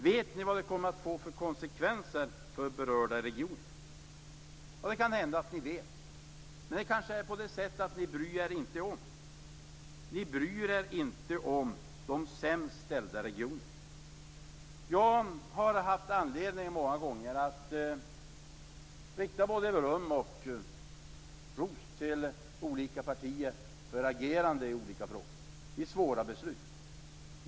Vet ni vad det kommer att få för konsekvenser för berörda regioner? Det kan hända att ni vet det, men ni bryr er kanske inte om de sämst ställda regionerna. Jag har många gånger haft anledning att rikta både beröm till olika partier för deras agerande vid olika svåra beslut.